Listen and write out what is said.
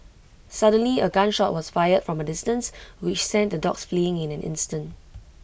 suddenly A gun shot was fired from A distance which sent the dogs fleeing in an instant